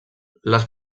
les